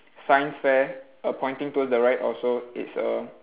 science fair err pointing towards the right also it's a